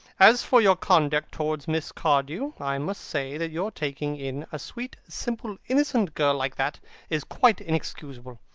as for your conduct towards miss cardew, i must say that your taking in a sweet, simple, innocent girl like that is quite inexcusable.